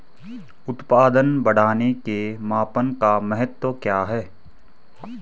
उत्पादन बढ़ाने के मापन का महत्व क्या है?